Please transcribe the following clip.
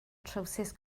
trowsus